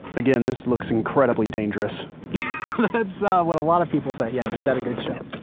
again this looks incredibly dangerous that's what a lot of people say. yeah, give that a good shove